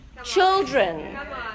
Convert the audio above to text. Children